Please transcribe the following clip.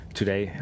today